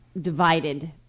divided